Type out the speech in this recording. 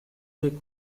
des